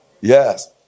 Yes